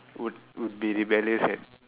would would be rebellious at